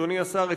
אדוני השר,